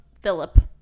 Philip